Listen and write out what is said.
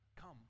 Come